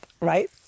right